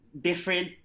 different